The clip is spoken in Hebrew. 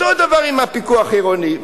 אותו דבר עם הפיקוח העירוני.